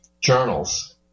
journals